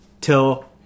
till